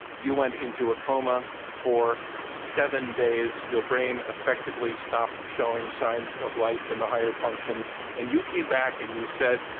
you went in a coma for seven days. your brain effectively stopped showing signs of life in the higher functions. and you came back, and you said,